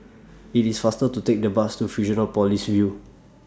IT IS faster to Take The Bus to Fusionopolis View